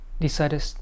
decided